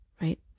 right